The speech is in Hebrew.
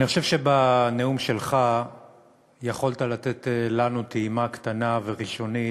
אני חושב שבנאום שלך יכולת לתת לנו טעימה קטנה וראשונית,